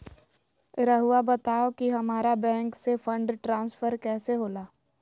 राउआ बताओ कि हामारा बैंक से फंड ट्रांसफर कैसे होला?